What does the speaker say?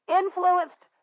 influenced